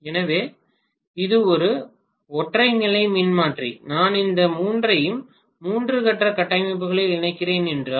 எனவே இது ஒரு ஒற்றை நிலை மின்மாற்றி நான் இந்த மூன்றையும் மூன்று கட்ட கட்டமைப்புகளில் இணைக்கிறேன் என்றால்